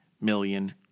million